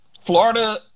Florida